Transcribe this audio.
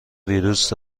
ویروس